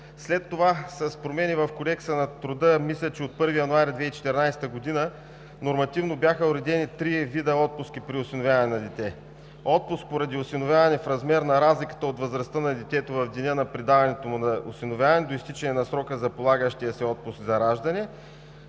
След това с промени в Кодекса на труда, мисля, че от 1 януари 2014 г., нормативно бяха уредени три вида отпуски при осиновяване на дете – отпуск поради осиновяване в размер на разликата от възрастта на детето в деня на предаването му за осиновяване до изтичане на срока за полагащия се отпуск за раждане,